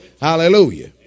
Hallelujah